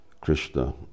Krishna